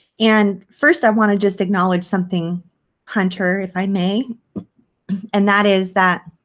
and first, i want to just acknowledge something hunter if i may and that is that